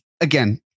again